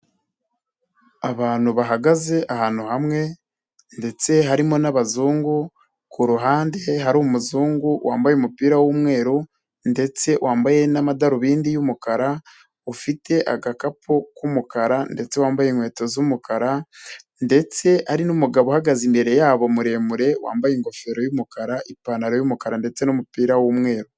Abantu bahagaze ahantu hamwe ndetse harimo n'abazungu. Kuruhande hari umuzungu wambaye umupira w'umweru ndetse wambaye n'amadarubindi y'umukara, ufite agakapu k'umukara ndetse wambaye inkweto z'umukara ndetse hari n'umugabo uhagaze imbere yabo muremure, wambaye ingofero y'umukara, ipantaro y'umukara ndetse n'umupira w'umweru.